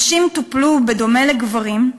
נשים טופלו בדומה לגברים,